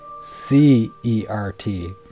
C-E-R-T